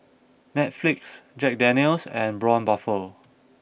Netflix Jack Daniel's and Braun Buffel